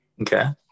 Okay